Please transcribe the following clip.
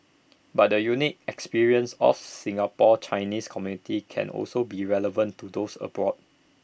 but the unique experience of Singapore's Chinese community can also be relevant to those abroad